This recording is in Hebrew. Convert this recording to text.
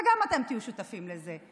וגם אתם תהיו שותפים לזה,